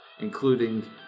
including